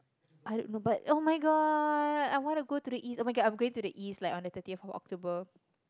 I don't know but oh-my-god I want to go to the east oh-my-god I am going to the east like on thirtieth of October